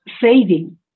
saving